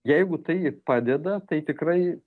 jeigu tai padeda tai tikrai